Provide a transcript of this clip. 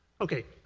okay.